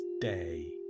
day